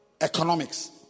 Economics